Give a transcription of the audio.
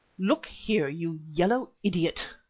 look here, you yellow idiot,